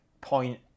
point